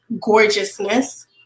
gorgeousness